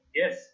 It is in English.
yes